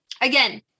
again